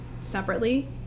separately